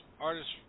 Artists